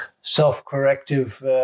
self-corrective